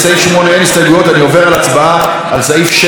אני עובר להצבעה על סעיפים 7 ו-8 לחוק,